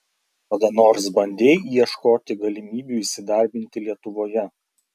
kada nors bandei ieškoti galimybių įsidarbinti lietuvoje